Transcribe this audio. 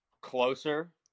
closer